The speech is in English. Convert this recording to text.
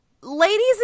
ladies